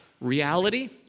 reality